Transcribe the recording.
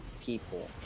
people